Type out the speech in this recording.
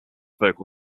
vocal